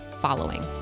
FOLLOWING